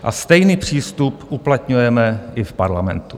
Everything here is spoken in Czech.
A stejný přístup uplatňujeme i v parlamentu.